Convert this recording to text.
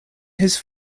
his